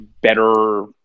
better